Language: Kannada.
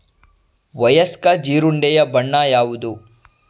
ವಯಸ್ಕ ಜೀರುಂಡೆಯ ಬಣ್ಣ ಯಾವುದು?